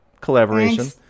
collaboration